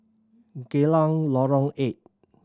Geylang Lorong Eight